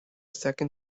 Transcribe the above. second